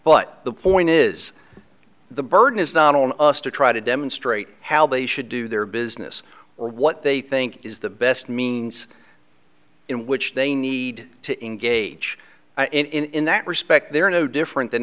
but the point is the burden is not on us to try to demonstrate how they should do their business or what they think is the best means in which they need to engage in that respect they are no different than